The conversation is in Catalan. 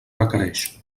requereix